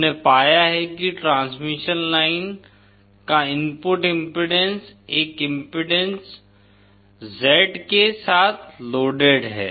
हमने पाया है कि ट्रांसमिशन लाइन का इनपुट इम्पीडेन्स एक इम्पीडेन्स Z के साथ लोडेड है